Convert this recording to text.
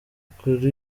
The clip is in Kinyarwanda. kuri